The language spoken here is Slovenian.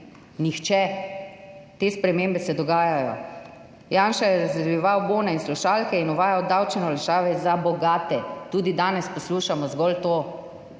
nihče. Te spremembe se dogajajo. Janša je razdeljeval bone in slušalke in uvajal davčne olajšave za bogate in tudi danes poslušamo zgolj to,